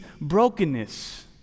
brokenness